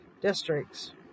districts